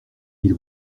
ils